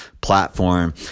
platform